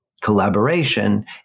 collaboration